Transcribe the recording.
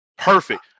Perfect